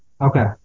Okay